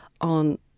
on